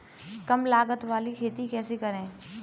कम लागत वाली खेती कैसे करें?